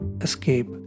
escape